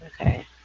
Okay